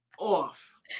Off